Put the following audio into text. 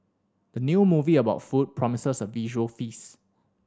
the new movie about food promises a visual feast